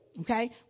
Okay